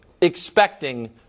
expecting